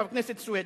חבר הכנסת סוייד,